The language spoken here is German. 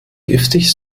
giftig